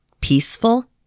peaceful